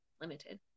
limited